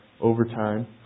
overtime